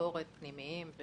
ביקורת פנימיים.